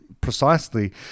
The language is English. precisely